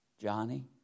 Johnny